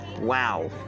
wow